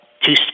two